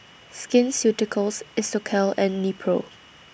Skin Ceuticals Isocal and Nepro